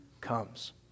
comes